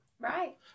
Right